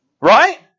Right